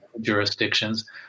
jurisdictions